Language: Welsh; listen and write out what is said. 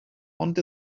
ond